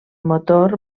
motor